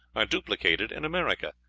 are duplicated in america.